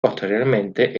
posteriormente